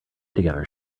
together